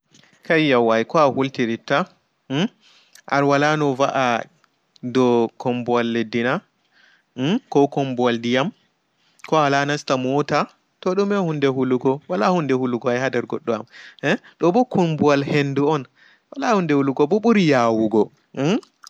Kayya wai ko ahultir ta mmm a walano wa'a ɗou komɓowal leɗɗi na ko komɓowal ɗiyam ko awala nasta mota too ɗume on hunɗe hulugo wala hunɗe hulugo ai ha nɗer goɗɗo am ɗoɓo komɓowal henɗu on wala hunɗe hulugo ɓo ɓuri yaawugo